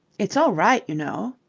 it's all right, you know,